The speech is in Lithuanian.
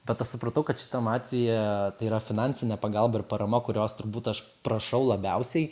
bet aš supratau kad šitam atvejyje tai yra finansinė pagalba ir parama kurios turbūt aš prašau labiausiai